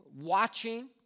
watching